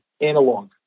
analog